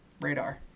radar